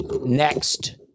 next